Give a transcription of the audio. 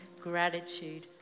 gratitude